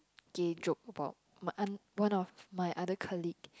gay joke about my an one of my other colleague